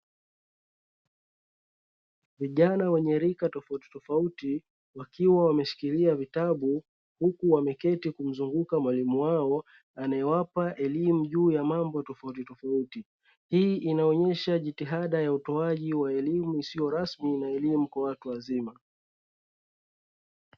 Vijana wenye rika tofauti tofauti wakiwa wameshikilia vitabu, huku wameketi kumzunguka mwalimu wao, anayewapa elimu ya mambo tofauti tofauti, hii inaonesha jitiada ya utoaji wa elimu isiyo rsmi na elimu kwa watu wazima.